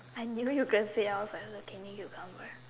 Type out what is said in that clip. I knew you guys say I was like looking cucumber